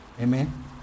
Amen